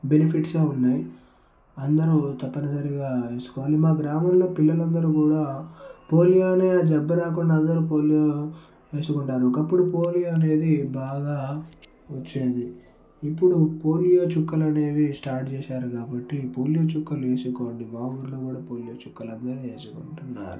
benefits ఉన్నాయి అందరూ తప్పనిసరిగా ఏసుకోవాలి మా గ్రామంలో పిల్లలందరూ కూడా పోలియోని జబ్బు రాకుండా అందరు పోలియో వేఏసుకుంటారు ఒకప్పుడు పోలియో అనేది బాగా వచ్చేది ఇప్పుడు పోలియో చుక్కలు అనేవి స్టార్ట్ చేశారు కాబట్టి ఈ పోలియో చుక్కలు వేసుకోండి మా ఊర్లో కూడా పోలియో చుక్కలు అందరూ ఏసుకుంటున్నారు